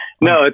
No